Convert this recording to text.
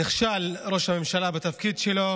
ראש הממשלה נכשל בתפקיד שלו